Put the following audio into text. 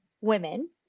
women